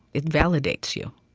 it validates you.